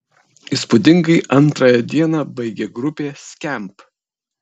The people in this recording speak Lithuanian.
įspūdingai antrąją dieną baigė grupė skamp